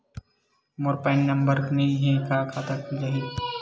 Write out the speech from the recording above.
मोर मेर PAN number नई हे का खाता खुल जाही?